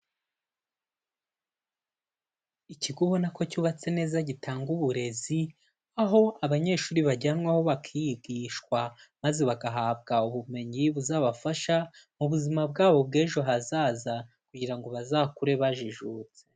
Ikigo ubona ko cyubatse neza gitanga uburezi, aho abanyeshuri bajyanwa bakigishwa maze bagahabwa ubumenyi buzabafasha mu buzima bwabo bw'ejo hazaza kugira ngo bazakure bajijutse.